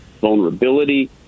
vulnerability